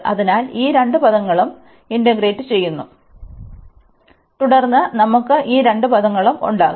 അതിനാൽ ഈ രണ്ട് പദങ്ങളും സംയോജിപ്പിക്കും തുടർന്ന് നമുക്ക് ഈ രണ്ട് പദങ്ങളും ഉണ്ടാകും